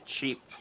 cheap